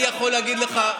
אני יכול להגיד לך,